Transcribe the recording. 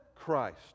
Christ